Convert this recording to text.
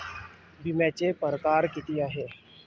बिम्याचे परकार कितीक हाय?